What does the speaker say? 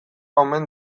omen